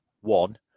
one